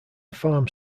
farm